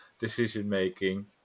decision-making